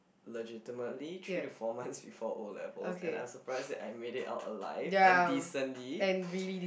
legitimately three to four months before o-levels and I'm surprised that I made it out alive and decently